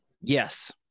Yes